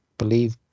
believe